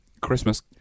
Christmas